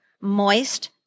moist